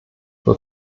wird